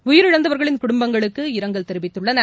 உயிரிழந்தவர்களின் குடும்பங்களுக்கு இரங்கல் தெரிவித்துள்ளனர்